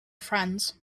friends